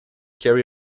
carry